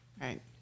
Right